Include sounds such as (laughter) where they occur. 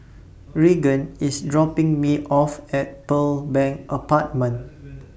Raegan IS dropping Me off At Pearl Bank Apartment (noise)